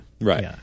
right